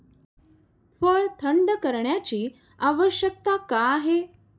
फळ थंड करण्याची आवश्यकता का आहे?